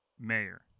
mayor